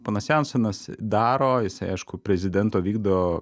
ponas jansonas daro jisai aišku prezidento vykdo